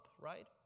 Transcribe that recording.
right